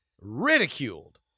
ridiculed